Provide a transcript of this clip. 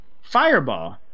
fireball